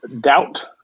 Doubt